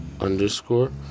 underscore